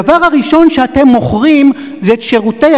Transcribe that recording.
הדבר הראשון שאתם מוכרים זה את שירותי